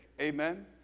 Amen